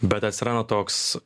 bet atsiranda toks